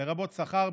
לרבות שכר,